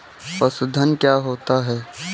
पशुधन क्या होता है?